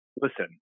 listen